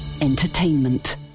Entertainment